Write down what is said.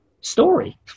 story